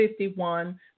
51